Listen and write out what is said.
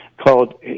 called